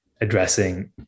addressing